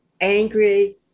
angry